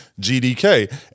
GDK